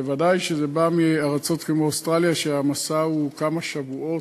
ודאי כשזה בא מארצות כמו אוסטרליה והמסע הוא של כמה שבועות.